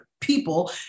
people